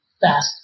Fast